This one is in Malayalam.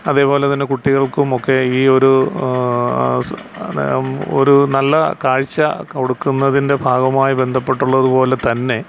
അതേപോലെ തന്നെ കുട്ടികൾക്കും ഒക്കെ ഈ ഒരു നം ഒരു നല്ല കാഴ്ച്ച കൊടുക്കുന്നതിൻ്റെ ഭാഗമായി ബന്ധപ്പെട്ടുള്ളതുപോലെ തന്നെ